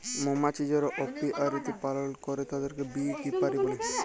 মমাছি যারা অপিয়ারীতে পালল করে তাদেরকে বী কিপার বলে